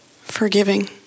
forgiving